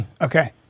Okay